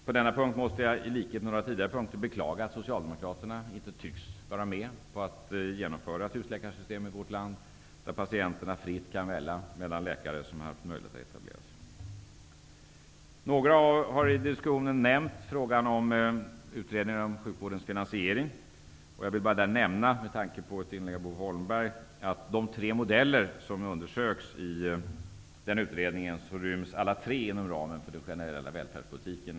På denna punkt, liksom på en del andra punkter, måste jag beklaga att Socialdemokraterna inte tycks vara med på att i vårt land genomföra ett husläkarsystem, som skulle innebära att patienterna fritt kan välja mellan läkare som har haft möjlighet att etablera sig. Några talare har i debatten nämnt utredningen av sjukvårdens finansiering. Jag vill i det sammanhanget, med tanke på ett inlägg av Bo Holmberg, bara nämna att alla de tre modeller som enligt gällande direktiv undersöks i utredningen ryms inom ramen för den generella välfärdspolitiken.